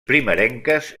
primerenques